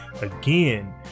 Again